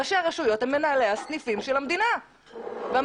ראשי הרשויות הם מנהלי הסניפים של המדינה והמדינה